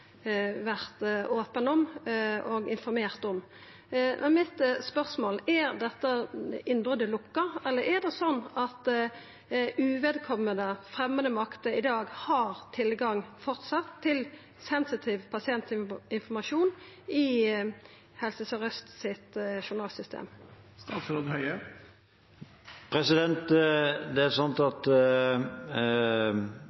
vore open om og informert om. Spørsmålet mitt er: Er dette innbrotet lukka, eller er det sånn at uvedkomande, framande makter, i dag framleis har tilgang til sensitiv pasientinformasjon i journalsystemet til Helse Sør-Aust? Det er